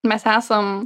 mes esam